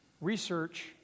research